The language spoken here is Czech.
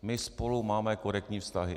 My spolu máme korektní vztahy.